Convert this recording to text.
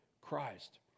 christ